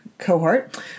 cohort